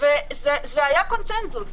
ולהפעיל עליהם גם סנקציות?